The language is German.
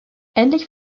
ähnlich